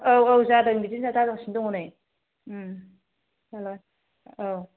औ औ जादों बिदिनो जागासिनो दङ नै हेल' औ